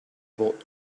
bought